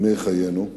ימי חייו,